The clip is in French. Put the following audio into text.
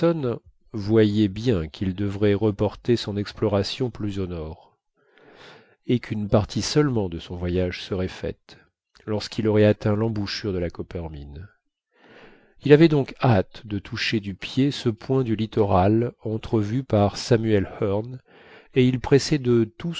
voyait bien qu'il devrait reporter son exploration plus au nord et qu'une partie seulement de son voyage serait faite lorsqu'il aurait atteint l'embouchure de la coppermine il avait donc hâte de toucher du pied ce point du littoral entrevu par samuel hearne et il pressait de tout